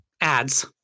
ads